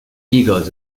egos